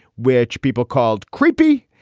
which people called creepy,